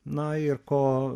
na ir ko